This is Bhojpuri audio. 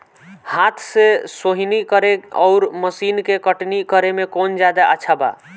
हाथ से सोहनी करे आउर मशीन से कटनी करे मे कौन जादे अच्छा बा?